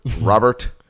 robert